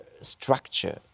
structure